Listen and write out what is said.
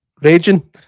Raging